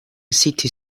city